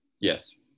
Yes